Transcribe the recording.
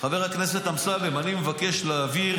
חבר הכנסת אמסלם, אני מבקש להעביר